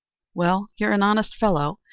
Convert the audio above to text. well, you're an honest fellow,